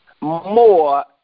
more